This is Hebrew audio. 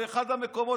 באחד המקומות,